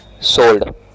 sold